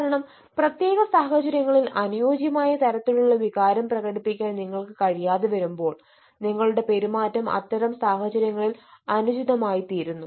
കാരണം പ്രത്യേക സാഹചര്യങ്ങളിൽ അനുയോജ്യമായ തരത്തിലുള്ള വികാരം പ്രകടിപ്പിക്കാൻ നിങ്ങൾക്ക് കഴിയാതെ വരുമ്പോൾ നിങ്ങളുടെ പെരുമാറ്റം അത്തരം സാഹചര്യങ്ങളിൽ അനുചിതമായിത്തീരുന്നു